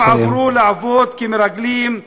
הם עברו לעבוד כמרגלים,